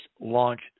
launch